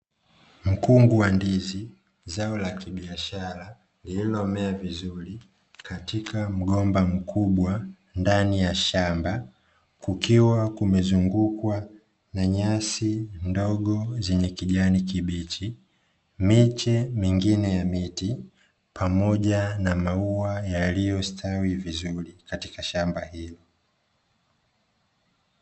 Mkungu wa ndizi, zao la kibiashara lililomea vizuri katika mgomba mkubwa, ndani ya shamba, kukiwa kumezungukwa na nyasi ndogo zenye kijani kibichi, miche mingine ya miti, pamoja na maua yaliyostawi vizuri katika shamba hilo.